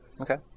Okay